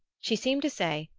she seemed to say,